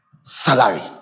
salary